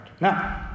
Now